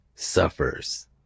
suffers